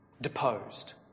deposed